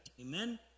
Amen